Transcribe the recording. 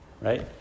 right